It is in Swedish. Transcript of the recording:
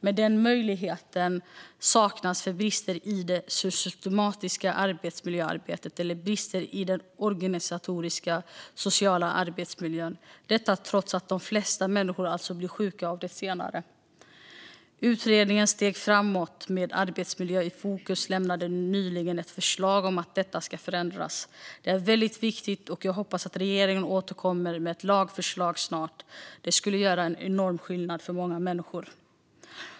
Men den möjligheten saknas för brister i det systematiska arbetsmiljöarbetet eller brister i den organisatoriska och sociala arbetsmiljön - detta trots att de flesta människor alltså blir sjuka av det senare. I utredningen Steg framåt, med arbetsmiljön i fokus lämnades nyligen ett förslag om att detta ska förändras. Det är väldigt viktigt, och jag hoppas att regeringen återkommer med ett lagförslag snart. Det skulle göra en enorm skillnad för många människor.